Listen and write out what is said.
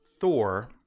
Thor